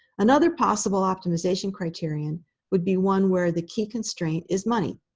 another possible optimization criterion would be one where the key constraint is money.